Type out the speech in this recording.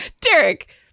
Derek